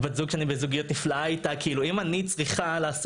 גדלתי עליך,